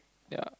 ya